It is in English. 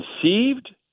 conceived